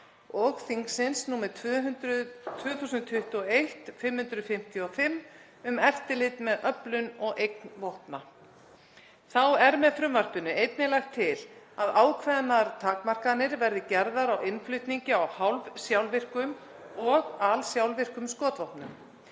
og ráðsins (ESB) 2021/555 um eftirlit með öflun og eign vopna. Þá er með frumvarpinu einnig lagt til að ákveðnar takmarkanir verði gerðar á innflutningi á hálfsjálfvirkum og alsjálfvirkum skotvopnum